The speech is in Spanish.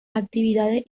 actividades